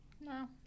No